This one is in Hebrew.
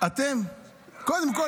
אתם --- אתה לא